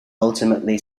ultimately